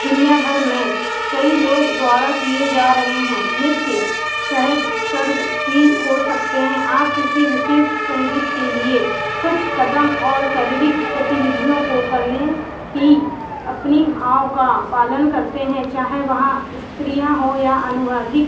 दुनियाभर में कई लोग द्वारा किए जा रहे हैं नृत्य सहेज स्वर्ग भी हो सकते हैं आप किसी विशेष संगीत के लिए कुछ क़दम और शारीरिक गतिविधियों को करने की अपनी भाव का पालन करते हैं चाहे वह स्त्रियाँ हों या अनुवादिक